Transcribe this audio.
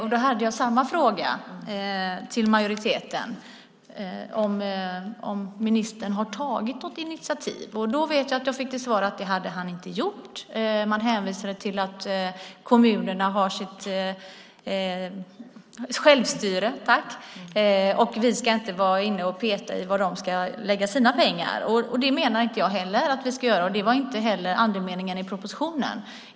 Då ställde jag samma fråga till majoriteten, alltså om ministern hade tagit något initiativ. Jag fick till svar att han inte hade gjort det, utan det hänvisades till kommunernas självstyre. Man sade att vi inte ska peta i var de ska lägga sina pengar. Det menar inte jag att vi ska göra, och det var inte heller andemeningen i propositionen.